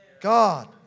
God